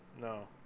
No